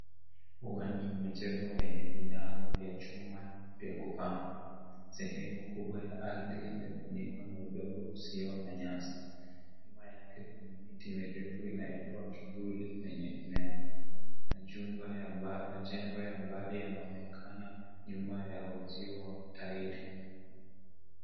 Uwanja wa michezo wenye vinyago vya chuma vya kupanga. Sehemu kubwa ya ardhi imefunikwa na udongo usio wa nyasi. Nyuma yake kuna miti mirefu inayotoa kivuli kwenye eneo. Majumba ya majengo ya mbali yanaonekana nyuma ya uzio wa tairi.